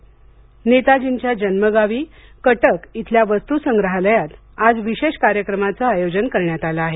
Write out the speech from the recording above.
नेताजी कटक नेताजींच्या जन्मगावी कटक येथील वस्तुसंग्रहालयात आज विशेष कार्यक्रमाचे आयोजन करण्यात आले आहे